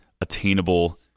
attainable